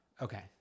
Okay